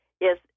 Yes